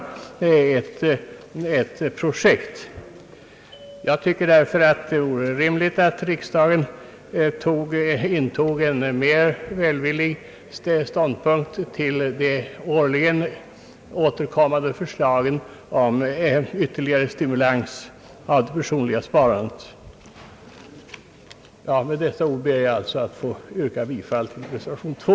Jag tycker därför, liksom av andra i motionerna nämnda skäl, att det vore rimligt att riksdagen intog en mera välvillig ståndpunkt till de årligen åter kommande förslagen om ytterligare stimulans av det personliga sparandet. Med dessa ord ber jag, herr talman, att få yrka bifall till reservationen II.